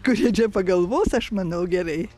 kurie čia pagalvos aš manau gerai